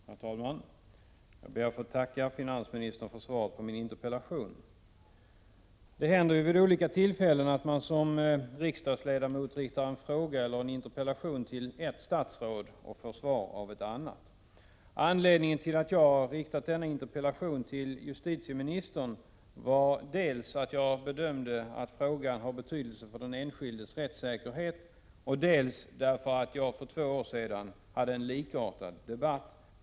Herr talman! Jag ber att få tacka finansministern för svaret på min interpellation. Det händer ju vid olika tillfällen att man som riksdagsledamot riktar en fråga eller en interpellation till ert statsråd och får svar av ett annat. Anledningen till att jag riktade denna interpellation till justitieministern var dels att jag bedömde att frågan har betydelse för den enskildes rättssäkerhet, dels att jag för två år sedan hade en likartad debatt.